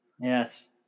Yes